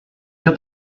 cut